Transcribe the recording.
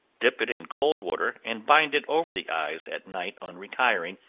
dip it in cold water, and bind it over the eyes at night on retiring,